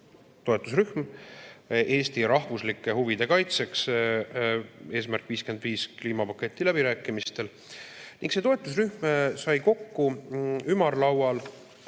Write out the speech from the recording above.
toetusrühm Eesti rahvuslike huvide kaitseks "Eesmärk 55" kliimapaketi läbirääkimistel. See toetusrühm sai kokku ümarlaual